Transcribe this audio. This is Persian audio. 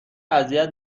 اذیت